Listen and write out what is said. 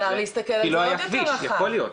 אפשר להסתכל על זה עוד יותר רחב,